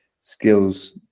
skills